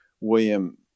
william